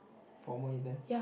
formal event